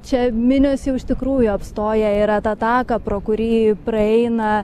čia minios jau iš tikrųjų apstoję yra tą taką pro kurį praeina